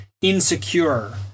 insecure